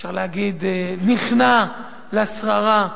אפשר להגיד, נכנע לשררה.